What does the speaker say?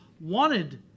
wanted